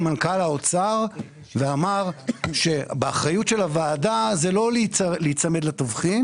מנכ"ל האוצר ואמר שבאחריות הוועדה לא להיצמד לתבחין